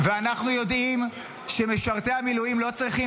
ואנחנו יודעים שמשרתי המילואים לא צריכים